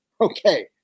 Okay